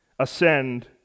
ascend